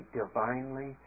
divinely